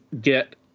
get